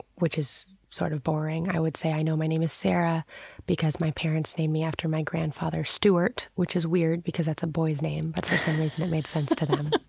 which is sort of boring, i would say i know my name is sarah because my parents named me after my grandfather, stewart, which is weird because that's a boy's name, but it made sense to them.